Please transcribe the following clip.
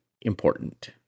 important